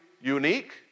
unique